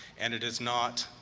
and it is not